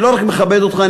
אני לא רק מכבד אותך,